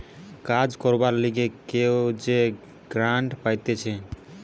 কাজ করবার লিগে কেউ যে গ্রান্ট পাইতেছে